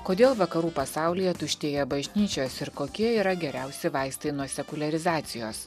kodėl vakarų pasaulyje tuštėja bažnyčios ir kokie yra geriausi vaistai nuo sekuliarizacijos